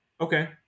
Okay